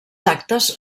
actes